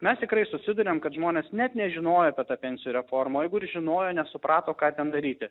mes tikrai susiduriam kad žmonės net nežinojo apie tą pensijų reformą o jeigu ir žinojo nesuprato ką ten daryti